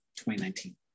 2019